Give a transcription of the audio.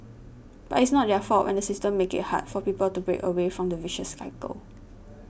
but it's not their fault when the system makes it hard for people to break away from the vicious cycle